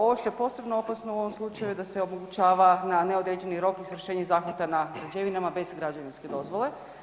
Ovo što je posebno opasno u ovom slučaju da se obučava na neodređeni rok izvršenje zahvata na građevinama bez građevinske dozvole.